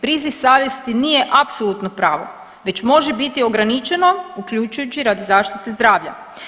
Priziv savjesti nije apsolutno pravo već može biti ograničeno uključujući radi zašite zdravlja.